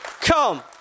come